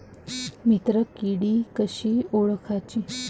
मित्र किडी कशी ओळखाची?